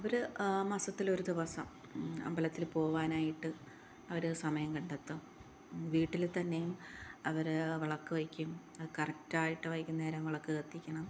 അവർ മാസത്തില് ഒരുദിവസം അമ്പലത്തില് പോവാനായിട്ട് അവർ സമയം കണ്ടെത്തും വീട്ടില് തന്നെയും അവർ വിളക്ക് വെയ്ക്കും അത് കറാക്റ്റായിട്ട് വൈകുന്നേരം വിളക്ക് കത്തിക്കണം